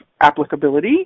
applicability